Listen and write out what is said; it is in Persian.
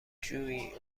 جویی